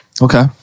Okay